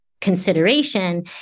consideration